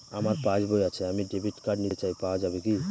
আমার পাসবই আছে আমি ডেবিট কার্ড নিতে চাই পাওয়া যাবে কি?